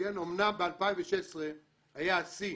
אמנם ב-2016 היה שיא,